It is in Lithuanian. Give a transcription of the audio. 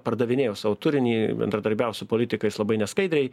pardavinėjo savo turinį bendradarbiavo su politikais labai neskaidriai